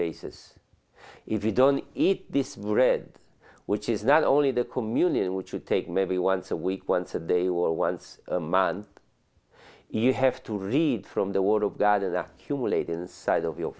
basis if you don't eat this bread which is not only the communion which we take maybe once a week once a day or once a month you have to read from the word of god and that cumulate inside of your